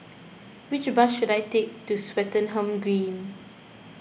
which bus should I take to Swettenham Green